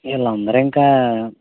వీళ్ళందరూ ఇంకా